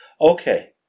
Okay